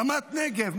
רמת נגב,